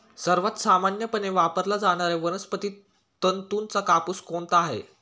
सर्वात सामान्यपणे वापरला जाणारा वनस्पती तंतूचा कापूस कोणता आहे?